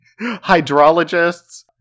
Hydrologists